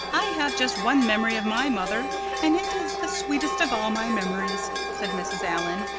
i have just one memory of my mother and it is the sweetest of all my memories, said mrs. allan.